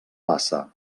bassa